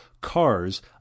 cars